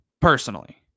personally